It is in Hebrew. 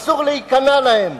אסור להיכנע להם.